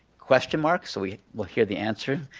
question marks. so yeah we'll here the answer.